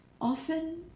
Often